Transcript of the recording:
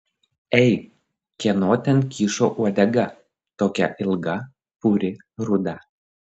ei kieno ten kyšo uodega tokia ilga puri ruda